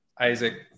Isaac